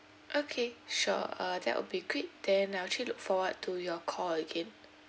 okay sure uh that will be quick then I actually look forward to your call again